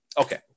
Okay